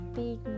big